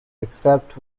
except